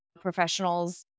professionals